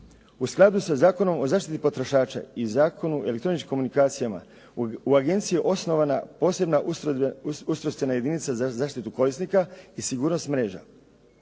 U skladu sa Zakonom o zaštiti potrošača i Zakonu o elektroničkim komunikacijama, u agenciji je osnovana posebna ustrojstvena jedinica za zaštitu korisnika i sigurnost mreža.